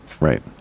right